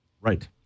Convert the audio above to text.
right